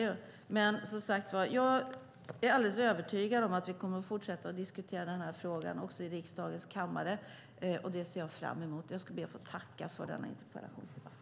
Jag är dock övertygad om att vi kommer att fortsätta diskutera denna fråga också i riksdagens kammare, och det ser jag fram emot. Jag ber att få tacka för denna interpellationsdebatt.